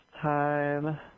time